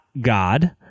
God